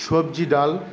সবজি ডাল